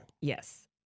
Yes